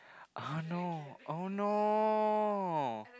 oh no oh no